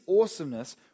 awesomeness